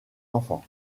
enfants